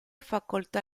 facoltà